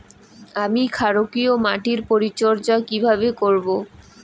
আমি ক্ষারকীয় মাটির পরিচর্যা কিভাবে করব?